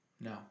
No